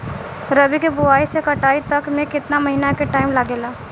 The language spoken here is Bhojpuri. रबी के बोआइ से कटाई तक मे केतना महिना के टाइम लागेला?